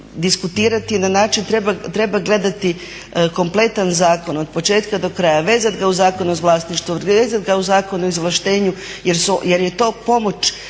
na način, treba gledati kompletan zakon od početka do kraja, vezat ga uz Zakon o vlasništvu, vezat ga uz Zakon o izvlaštenju jer je to pomoć